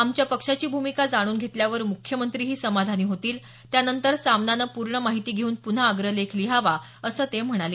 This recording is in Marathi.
आमच्या पक्षाची भूमिका जाणून घेतल्यावर मुख्यमंत्रीही समाधानी होतील त्यानंतर सामनानं पूर्ण माहिती घेऊन पुन्हा अग्रलेख लिहावा असं ते म्हणाले